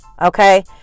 Okay